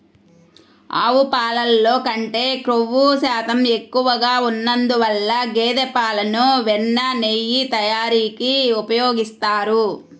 ఆవు పాలల్లో కంటే క్రొవ్వు శాతం ఎక్కువగా ఉన్నందువల్ల గేదె పాలను వెన్న, నెయ్యి తయారీకి ఉపయోగిస్తారు